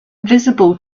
visible